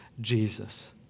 Jesus